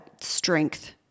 strength